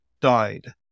died